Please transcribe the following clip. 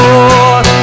Lord